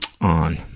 on